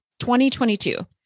2022